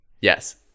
Yes